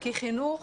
כי חינוך